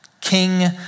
King